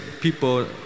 people